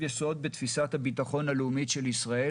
יסוד בתפיסת הביטחון הלאומית של ישראל.